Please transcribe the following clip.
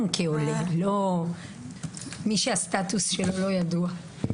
כעולה ולא למי שהסטטוס שלו לא ידוע.